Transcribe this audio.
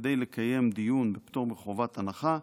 כדי לקיים דיון בפטור מחובת הנחה.